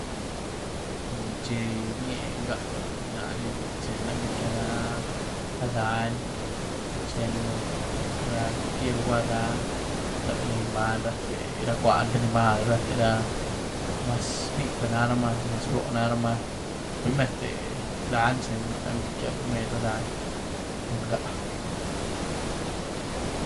xi rníe n'ga, na ni rzeny lanyí g'yec'gia na ra dany xtenën, ra cualquier luguary dany, líe ni mbany rate ra cuàn, ra anímahl, rate ra, maz bicwé naramaa, maz broó naramaa, primer te ra dany rzeny lanyí g'yec'gia, primer ra dany cun n'ga.